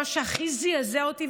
מה שהכי זעזע אותי,